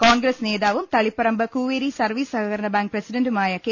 കോൺ Gris നേതാവും Taliparamba Kooveri service സഹകരണ bank പ്രസിഡന്റുമായ കെ